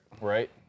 right